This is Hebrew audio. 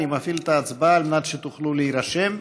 אני מפעיל את ההצבעה על מנת שתוכלו להירשם,